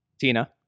tina